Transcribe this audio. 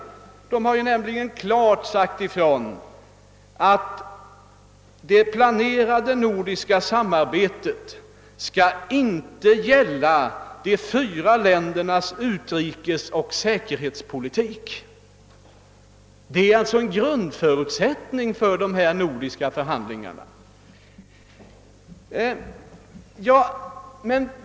ämbetsmännen har nämligen klart sagt ifrån, att det planerade nordiska samarbetet inte skall gälla de fyra ländernas utrikesoch säkerhetspolitik. Det är alltså en grundförutsättning för de nordiska förhandlingarna.